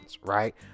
right